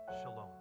shalom